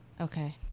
Okay